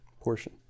portion